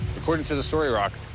according to the story rock,